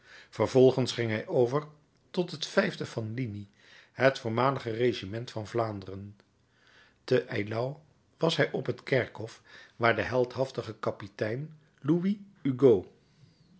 vervolgens ging hij over tot het e van linie het voormalige regiment van vlaanderen te eylau was hij op het kerkhof waar de heldhaftige kapitein louis hugo